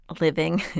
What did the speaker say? living